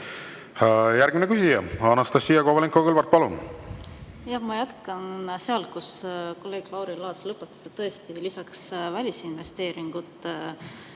Järgmine küsija, Anastassia Kovalenko-Kõlvart, palun! Ma jätkan sealt, kus kolleeg Lauri Laats lõpetas. Tõesti, lisaks välisinvesteeringute